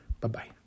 Bye-bye